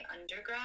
undergrad